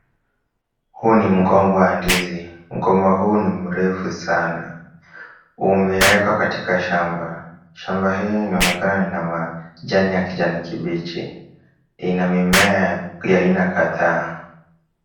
Huu ni mgomba wa ndizi. Mgomba huu ni mrefu sana. Umewekwa katika shamba. Shamba hii inaonekana ina majani ya kijani kibichi. Ina mimea ya aina kadhaa.